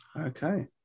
Okay